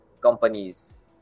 companies